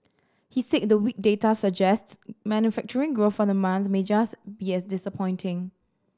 he said the weak data suggests manufacturing growth for the month may just be as disappointing